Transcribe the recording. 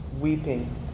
weeping